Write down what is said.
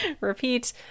Repeat